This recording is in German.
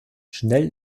schnell